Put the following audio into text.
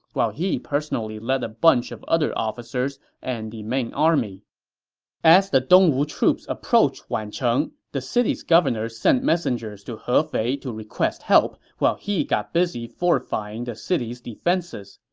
while he personally led a bunch of other officers and the main army as the dongwu troops approached wancheng, the city's governor sent messengers to hefei to request help while he got busy fortifying the city's defenses.